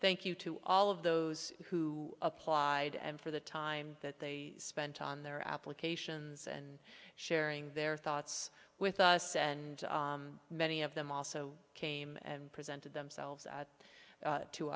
thank you to all of those who applied and for the time that they spent on their applications and sharing their thoughts with us and many of them also came and presented themselves